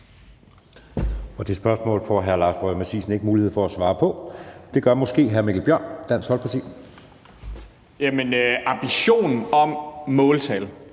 Det spørgsmål får hr. Lars Boje Mathiesen ikke mulighed for at svare på. Det gør måske hr. Mikkel Bjørn, Dansk Folkeparti. Kl. 18:23 Mikkel